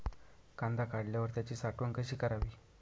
कांदा काढल्यावर त्याची साठवण कशी करावी?